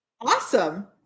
Awesome